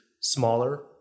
smaller